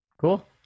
Cool